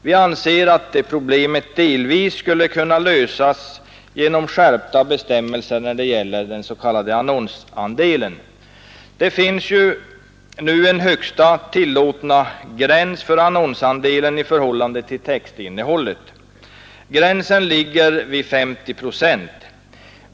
Vi anser att problemet delvis skulle kunna lösas genom skärpta bestämmelser när det gäller den s.k. annonsandelen. Det finns ju nu en högsta tillåtna gräns för annonsandelen i förhållande till textinnehållet. Gränsen ligger vid 50 procent.